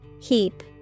Heap